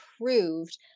approved